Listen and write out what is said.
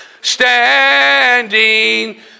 Standing